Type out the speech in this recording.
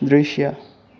दृश्य